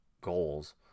goals